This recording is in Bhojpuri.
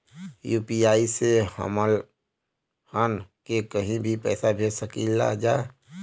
यू.पी.आई से हमहन के कहीं भी पैसा भेज सकीला जा?